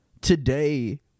Today